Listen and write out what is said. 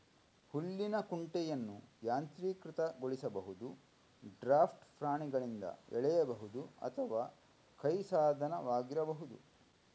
ಹುಲ್ಲಿನ ಕುಂಟೆಯನ್ನು ಯಾಂತ್ರೀಕೃತಗೊಳಿಸಬಹುದು, ಡ್ರಾಫ್ಟ್ ಪ್ರಾಣಿಗಳಿಂದ ಎಳೆಯಬಹುದು ಅಥವಾ ಕೈ ಸಾಧನವಾಗಿರಬಹುದು